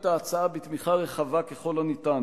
להבאת ההצעה בתמיכה רחבה ככל הניתן,